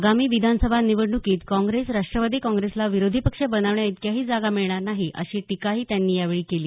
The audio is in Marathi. आगामी विधानसभा निवडणुकीत काँग्रेस राष्ट्रवादी कॉग्रेसला विरोधी पक्ष बनवण्या इतक्याही जागा मिळणार नाही अशी टीकाही त्यांनी यावेळी केली